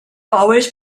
always